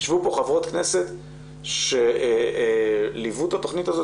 ישבו פה חברות כנסת שליוו את התכנית הזאת